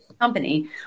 company